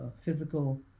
physical